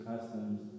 customs